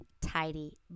tidy